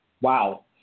Wow